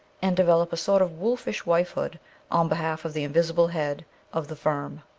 and develop a sort of wolfish wifehood on behalf of the invisible head of the firm.